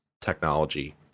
technology